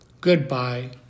Goodbye